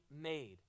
made